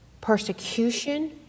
persecution